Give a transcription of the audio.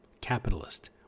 capitalist